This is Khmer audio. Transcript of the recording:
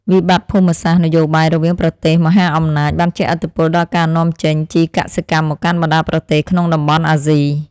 វិបត្តិភូមិសាស្ត្រនយោបាយរវាងប្រទេសមហាអំណាចបានជះឥទ្ធិពលដល់ការនាំចេញជីកសិកម្មមកកាន់បណ្តាប្រទេសក្នុងតំបន់អាស៊ី។